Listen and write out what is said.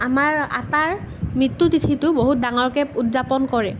আমাৰ আতাৰ মৃত্যু তিথিটো বহুত ডাঙৰকৈ উদযাপন কৰে